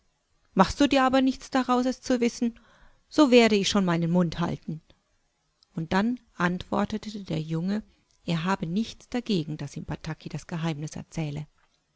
machst du dir aber nichts daraus es zu wissen so werde ich schon meinen mund halten und dann antwortete der junge er habe nichts dagegen daß ihm batakidasgeheimniserzähle daswillichauchtun